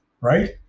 right